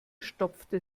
stopfte